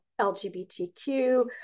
LGBTQ